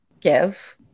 give